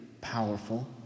powerful